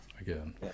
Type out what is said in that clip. again